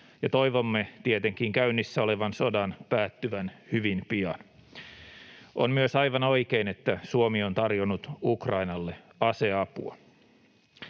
ja toivomme tietenkin käynnissä olevan sodan päättyvän hyvin pian. On myös aivan oikein, että Suomi on tarjonnut Ukrainalle aseapua.